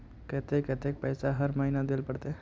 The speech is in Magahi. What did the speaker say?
केते कतेक पैसा हर महीना देल पड़ते?